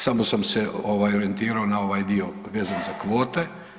Samo sam se orijentirao na ovaj dio vezan za kvote.